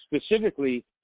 specifically